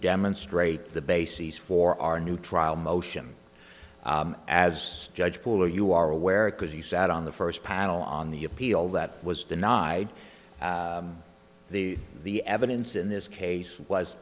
demonstrate the bases for our new trial motion as judge pooler you are aware because you sat on the first panel on the appeal that was denied the the evidence in this case was